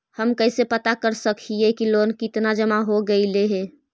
हम कैसे पता कर सक हिय की लोन कितना जमा हो गइले हैं?